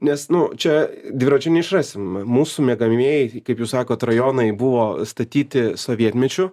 nes nu čia dviračio neišrasim mūsų miegamieji kaip jūs sakot rajonai buvo statyti sovietmečiu